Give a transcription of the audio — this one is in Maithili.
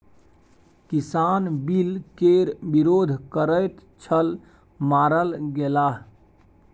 किसान बिल केर विरोध करैत छल मारल गेलाह